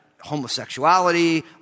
homosexuality